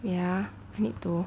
wait ah I need to